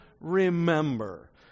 Remember